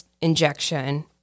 injection